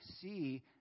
see